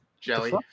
Jelly